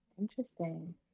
interesting